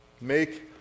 Make